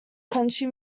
country